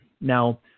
now